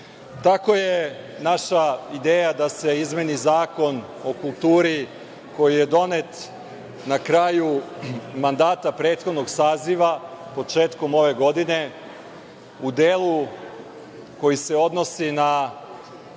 je naša ideja da se izmeni Zakon o kulturi, koji je donet na kraju mandata prethodnog saziva, početkom ove godine, u delu koji se odnosi na